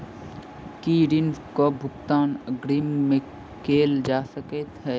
की ऋण कऽ भुगतान अग्रिम मे कैल जा सकै हय?